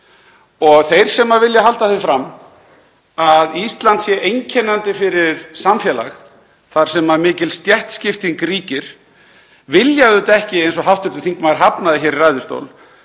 Þeir sem vilja halda því fram að Ísland sé einkennandi fyrir samfélag þar sem mikil stéttaskipting ríkir vilja auðvitað ekki, eins og hv. þingmaður hafnaði hér í ræðustól,